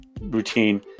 routine